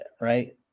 right